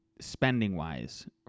spending-wise